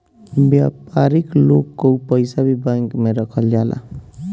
व्यापारिक लोग कअ पईसा भी बैंक में रखल जाला